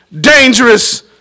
dangerous